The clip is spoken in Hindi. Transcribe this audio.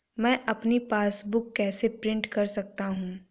मैं अपनी पासबुक कैसे प्रिंट कर सकता हूँ?